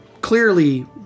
clearly